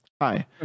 hi